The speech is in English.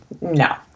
no